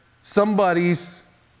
somebody's